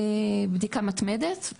בדיקה מתמדת.